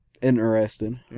interesting